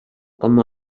com